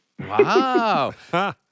Wow